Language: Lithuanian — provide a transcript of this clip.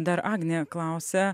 dar agnė klausia